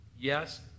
Yes